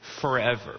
forever